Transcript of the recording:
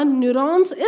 neurons